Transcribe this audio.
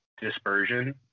dispersion